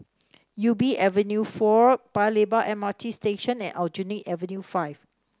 Ubi Avenue Four Paya Lebar M R T Station and Aljunied Avenue Five